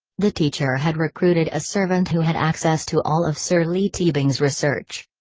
the teacher had recruited a servant who had access to all of sir leigh teabing's research.